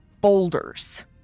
boulders